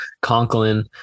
conklin